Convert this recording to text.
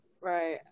Right